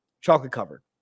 chocolate-covered